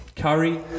Curry